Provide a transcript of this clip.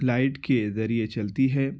light کے ذریعے چلتی ہے